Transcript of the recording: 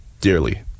dearly